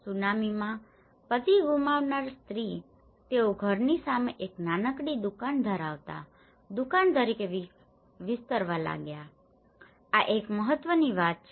સુનામીમાં પતિ ગુમાવનાર સ્ત્રી તેઓ ઘરની સામે એક નાનકડી દુકાન ધરાવતા દુકાન તરીકે વિસ્તરવા લાગ્યા આ એક મહત્ત્વની વાત છે